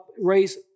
raise